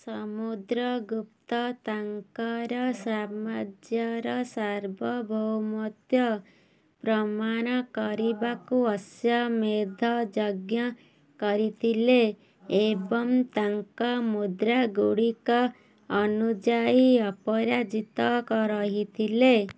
ସମୁଦ୍ରଗୁପ୍ତ ତାଙ୍କର ସାମ୍ରାଜ୍ୟର ସାର୍ବଭୌମତ୍ୱ ପ୍ରମାଣ କରିବାକୁ ଅଶ୍ୱମେଧ ଯଜ୍ଞ କରିଥିଲେ ଏବଂ ତାଙ୍କ ମୁଦ୍ରାଗୁଡ଼ିକ ଅନୁଯାୟୀ ଅପରାଜିତ ରହିଥିଲେ